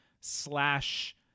slash